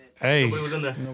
Hey